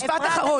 משפט אחרון.